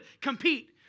compete